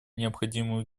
необходимую